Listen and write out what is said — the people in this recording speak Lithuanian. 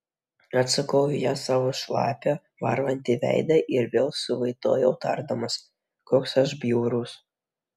atsukau į ją savo šlapią varvantį veidą ir vėl suvaitojau tardamas koks aš bjaurus